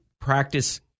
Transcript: practice